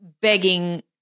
begging